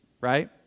right